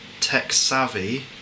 tech-savvy